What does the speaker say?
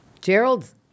Gerald